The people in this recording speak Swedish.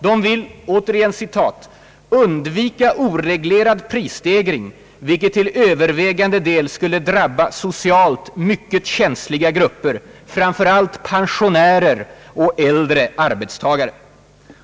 De vill »undvika oreglerad prisstegring, vilket till övervägande del skulle drabba socialt mycket känsliga grupper, framför allt pensionärer och äldre arbetstagare».